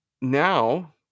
Now